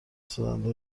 سازنده